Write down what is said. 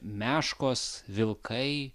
meškos vilkai